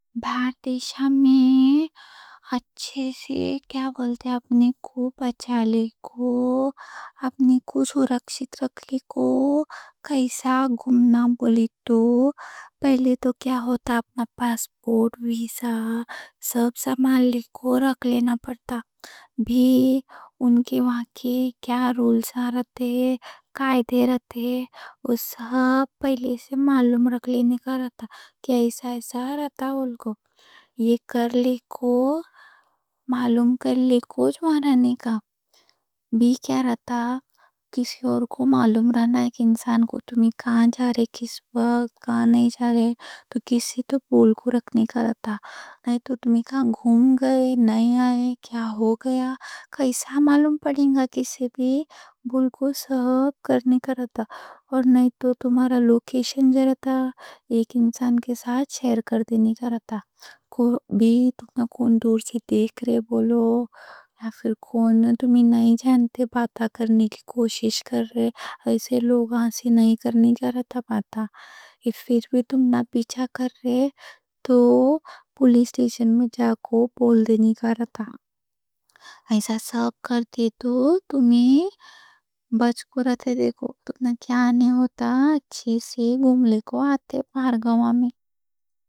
باہر دیش میں اچھے سے بولے تو اپنے کو بچا لے کو، اپنے کو سُرکشت رکھ لے کو، کیسا گھومنا بولی تو پہلے تو اپنا پاسپورٹ، ویزا، سب سامان سنبھال کے رکھ لینا پڑتا۔ ان کے وہاں کے کیا رولز ہوتے، قاعدے راتے، وہ سب پہلے سے معلوم رکھ لینے کا رہتا۔ جو ایسا ایسا ہوتا وہ کو یہ کر لے کو، معلوم کر لے کو رہتا۔ کسی اور کو معلوم رہنا، ایک انسان کو تم کہاں جا رہے، کس وقت کہاں نہیں جا رہے، تو کسی کو بول کے رکھنے کا رہتا، نہیں تو تم کہاں گھوم گئے، نہیں آئے، کیا ہو گیا، کیسا معلوم پڑے گا۔ کسی بھی بول کو سب کرنے کا رہتا، اور نہیں تو تمہارا لوکیشن جاتا، ایک انسان کے ساتھ شیئر کر دینی۔ کوئی دور سے دیکھ رہے بولے یا پھر جو تمہیں نہیں جانتے بات کرنے کی کوشش کر رہے، ایسے لوگوں سے بات نہیں کرنی۔ پھر بھی تمہارا پیچھا کر رہے تو پولیس اسٹیشن میں جا کو بول دینی۔ ایسا سب کر دی تو تم بچ کو رہتے، تمہیں کیا نہیں ہوتا، اچھے سے گھوم لے کو۔